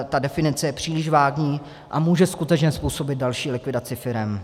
Ta definice je příliš vágní a může skutečně způsobit další likvidaci firem.